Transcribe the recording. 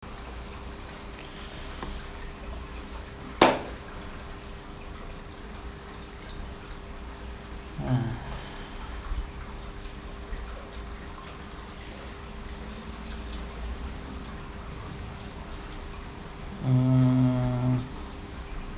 hmm